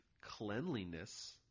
cleanliness